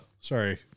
sorry